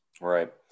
Right